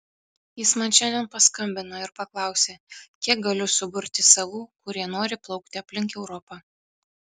jis man šiandien paskambino ir paklausė kiek galiu suburti savų kurie nori plaukti aplink europą